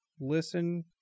listen